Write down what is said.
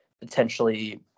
potentially